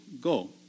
go